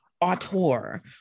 auteur